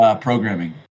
programming